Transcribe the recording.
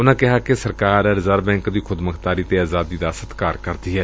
ਉਨਾਂ ਕਿਹਾ ਕਿ ਸਰਕਾਰ ਰਿਜ਼ਰਵ ਬੈਂਕ ਦੀ ਖੁਦਮੁਖਤਾਰੀ ਅਤੇ ਆਜ਼ਾਦੀ ਦਾ ਸਤਿਕਾਰ ਕਰਦੀ ਏ